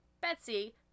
Betsy